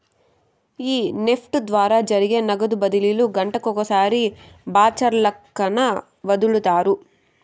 ఈ నెఫ్ట్ ద్వారా జరిగే నగదు బదిలీలు గంటకొకసారి బాచల్లక్కన ఒదులుతారు